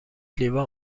لیوان